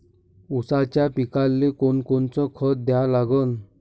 ऊसाच्या पिकाले कोनकोनचं खत द्या लागन?